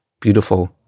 beautiful